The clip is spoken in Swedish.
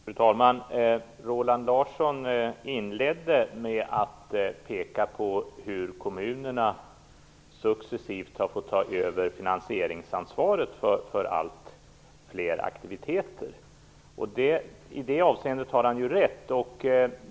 Fru talman! Roland Larsson inledde med att peka på hur kommunerna successivt har fått ta över finansieringsansvaret för allt fler aktiviteter. I det avseendet har han rätt.